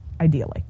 ideally